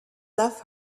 love